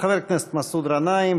חבר הכנסת מסעוד גנאים,